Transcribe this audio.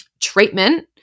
treatment